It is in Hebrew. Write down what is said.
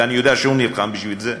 ואני יודע שהוא נלחם בשביל זה,